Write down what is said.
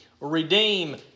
redeem